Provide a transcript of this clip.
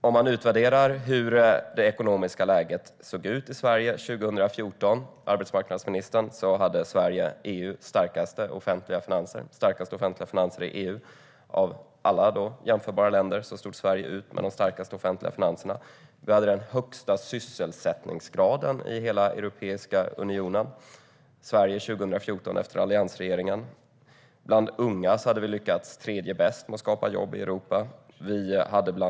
Om man utvärderar hur det ekonomiska läget i Sverige såg ut 2014, arbetsmarknadsministern, finner man att Sverige hade de starkaste offentliga finanserna i EU. Bland alla jämförbara länder stod Sverige ut med de starkaste offentliga finanserna. Sverige 2014 efter alliansregeringen hade den högsta sysselsättningsgraden i hela Europeiska unionen. Vi hade lyckats tredje bäst i Europa med att skapa jobb bland unga.